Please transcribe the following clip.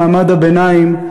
מעמד הביניים,